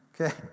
Okay